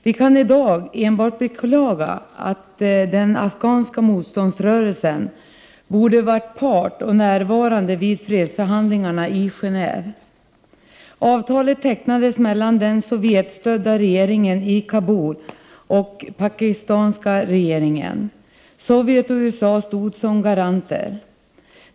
Vi kan i dag enbart beklaga att den afghanska motståndsrörelsen inte var part och närvarande vid fredsförhandlingarna i Gendve. Avtalet tecknades mellan den Sovjetstödda regeringen i Kabul och den pakistanska regeringen. Sovjet och USA stod som garanter.